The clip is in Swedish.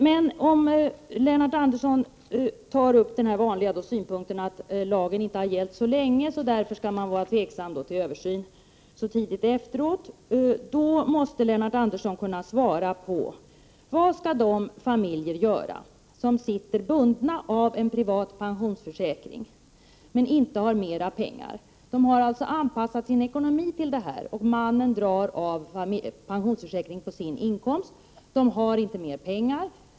Men om Lennart Andersson tar upp den vanliga synpunkten att lagen inte har gällt så länge och att man därför är tveksam till en översyn så tidigt efteråt, då måste han kunna svara på frågan: Vad skall de familjer göra som sitter bundna av en privat pensionsförsäkring men inte har mera pengar? De har alltså anpassat sin ekonomi och mannen drar av pensionsförsäkringspremien på sin inkomst. De har inte mer pengar.